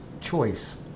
choice